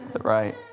right